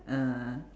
ah